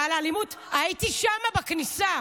ועל האלימות, הייתי שם בכניסה.